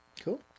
cool